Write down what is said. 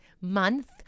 month